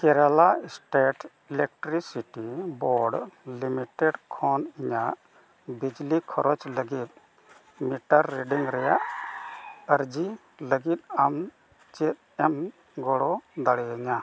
Kerala state electricity board limited ᱠᱷᱚᱱ ᱤᱧᱟᱹᱜ ᱵᱤᱡᱽᱞᱤ ᱠᱷᱚᱨᱚᱪ ᱞᱟᱹᱜᱤᱫ ᱢᱤᱴᱟᱨ ᱨᱮᱰᱤᱝ ᱨᱮᱭᱟᱜ ᱟᱨᱡᱤ ᱞᱟᱹᱜᱤᱫ ᱟᱢ ᱪᱮᱫ ᱮᱢ ᱜᱚᱲᱚ ᱫᱟᱲᱮ ᱟᱹᱧᱟ